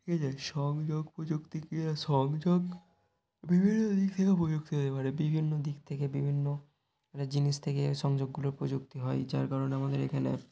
এই যে সংযোগ প্রযুক্তি কিয়া সংযোগ বিভিন্ন দিক থেকে প্রযুক্তি হতে পারে বিভিন্ন দিক থেকে বিভিন্ন মানে জিনিস থেকে সংযোগগুলোর প্রযুক্তি হয় যার কারণে আমাদের এখানে